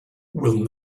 will